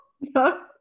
No